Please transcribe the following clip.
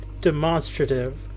demonstrative